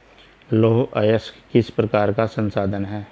लौह अयस्क किस प्रकार का संसाधन है?